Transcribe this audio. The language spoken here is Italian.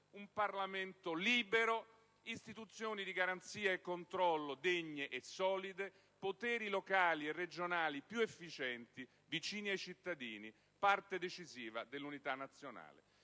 un Parlamento libero; istituzioni di garanzia e controllo degne e solide; poteri locali e regionali più efficienti, vicini ai cittadini, parte decisiva dell'unità nazionale.